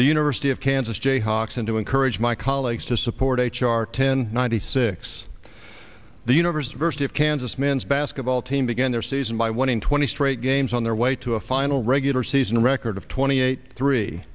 the university of kansas jayhawks and to encourage my colleagues to support h r ten ninety six the univers diversity of kansas men's basketball team began their season by winning twenty straight games on their way to a final regular season record of twenty eight three